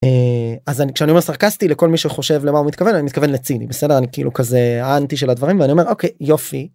אז אני כשאני אומר סרקסטי לכל מי שחושב למה הוא מתכוון אני מתכוון לציני בסדר אני כאילו כזה אנטי של הדברים אני אומר אוקיי יופי.